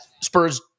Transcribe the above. Spurs